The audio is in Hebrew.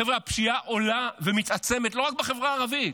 חבר'ה, הפשיעה עולה ומתעצמת לא רק בחברה הערבית.